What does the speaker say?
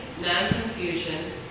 non-confusion